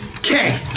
Okay